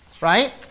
Right